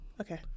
Okay